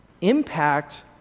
impact